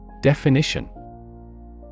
Definition